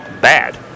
bad